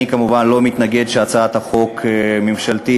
אני כמובן לא מתנגד להצעת חוק ממשלתית.